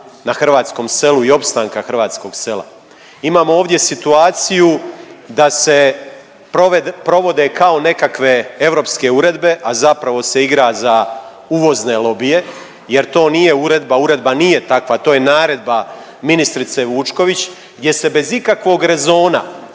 na hrvatskom selu i opstanka hrvatskog sela. Imamo ovdje situaciju da se provode kao nekakve europske uredbe, a zapravo se igra za uvozne lobije, jer to nije uredba, uredba nije takva. To je naredba ministrice Vučković gdje se bez ikakvog rezona